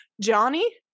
Johnny